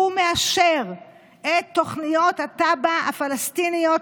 הוא מאשר את התב"ע הפלסטיניות,